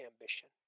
ambition